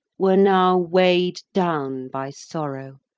were now weigh'd down by sorrow,